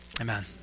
amen